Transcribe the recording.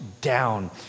down